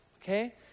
okay